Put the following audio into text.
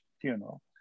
funeral